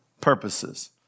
purposes